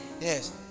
Yes